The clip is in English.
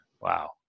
Wow